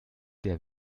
der